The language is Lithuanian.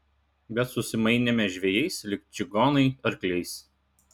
bet susimainėme žvejais lyg čigonai arkliais